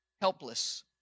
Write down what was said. helpless